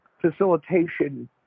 facilitation